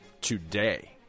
today